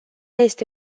este